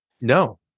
No